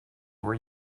were